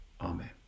Amen